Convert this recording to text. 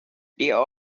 ohio